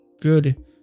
Good